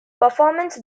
performance